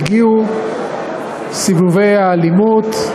הגיעו סיבובי האלימות,